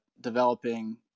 developing